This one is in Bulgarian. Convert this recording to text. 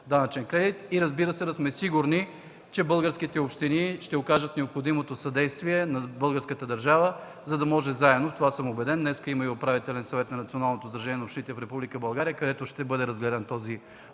данъчен кредит и, разбира се, да сме сигурни, че българските общини ще окажат необходимото съдействие на българската държава, за да може заедно – в това съм убеден – днес има и Управителен съвет на Националното сдружение на общините в Република България, където ще бъде разгледан този